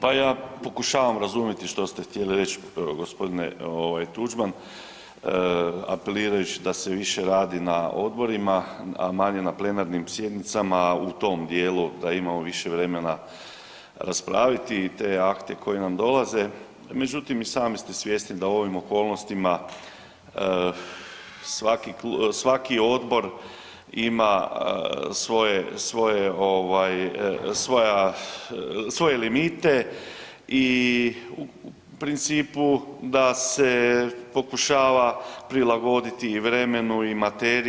Pa ja pokušavam razumjeti što ste htjeli reći gospodine Tuđman apelirajući da se više radi na odborima, a manje na plenarnim sjednicama u tom dijelu da imamo više vremena raspraviti te akte koji nam dolaze, međutim i sami ste svjesni da u ovim okolnostima svaki odbor ima svoje limite i u principu da se pokušava prilagoditi i vremenu i materiji.